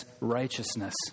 righteousness